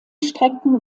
strecken